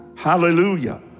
Hallelujah